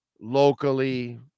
Locally